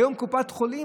היום קופת חולים,